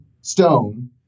Stone